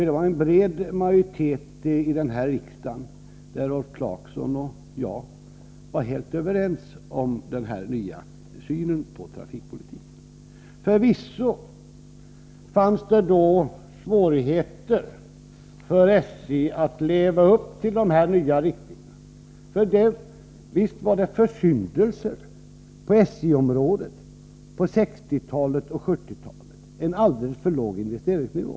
Det fanns en bred majoritet här i riksdagen — där Rolf Clarkson och jag var helt överens — om denna nya syn på trafikpolitiken. Förvisso fanns det då svårigheter för SJ att leva upp till dessa nya riktlinjer. Visst var det försyndelser på SJ-området under 1960 och 1970-talen genom en alldeles för låg investeringsnivå.